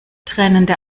tränende